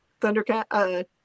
Thundercat